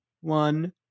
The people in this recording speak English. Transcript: One